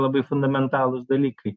labai fundamentalūs dalykai